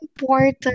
important